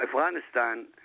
Afghanistan